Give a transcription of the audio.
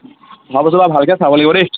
অহাবছৰ আৰু ভালকৈ চাব লাগিব দেই